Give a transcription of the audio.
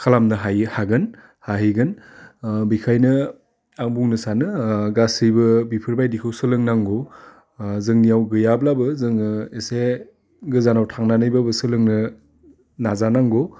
खालामनो हायो हागोन हाहैगोन बिखायनो आं बुंनो सानो गासैबो बिफोरबायदिखौ सोलोंनांगौ जोंनियाव गैयाब्लाबो जोङो एसे गोजानाव थांनानैबाबो सोलोंनो नाजानांगौ